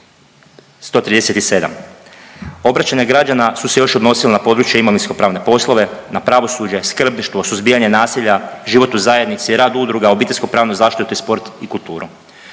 137. Obraćanja građana su se još odnosila na područje imovinsko pravne poslove, na pravosuđe, skrbništvo, suzbijanje nasilja, život u zajednici, rad udruga, obiteljsko pravnu zaštitu te sport i kulturu.